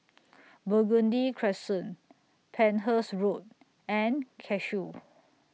Burgundy Crescent Penhas Road and Cashew